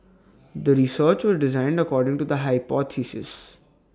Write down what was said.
the research was designed according to the hypothesis